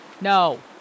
no